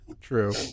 True